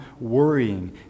worrying